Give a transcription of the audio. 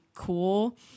Cool